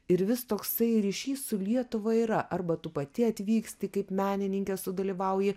ir vis toksai ryšys su lietuva yra arba tu pati atvyksti kaip menininkė sudalyvauji